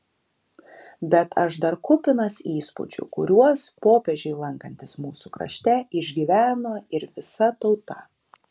bet aš dar kupinas įspūdžių kuriuos popiežiui lankantis mūsų krašte išgyveno ir visa tauta